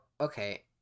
okay